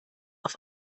auf